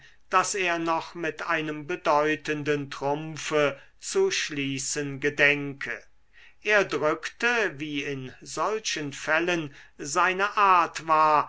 daß er noch mit einem bedeutenden trumpfe zu schließen gedenke er drückte wie in solchen fällen seine art war